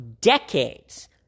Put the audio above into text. decades